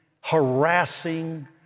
harassing